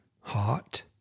hot